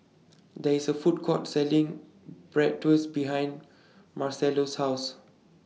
There IS A Food Court Selling Bratwurst behind Marcello's House